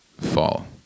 fall